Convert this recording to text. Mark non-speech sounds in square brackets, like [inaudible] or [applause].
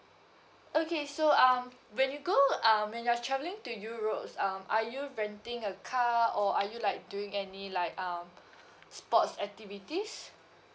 okay so um when you go um when you're travelling to europes um are you renting a car or are you like doing any like um [breath] sports activities